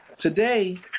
today